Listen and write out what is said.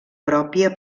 pròpia